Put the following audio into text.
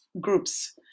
groups